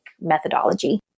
methodology